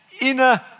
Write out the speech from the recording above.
inner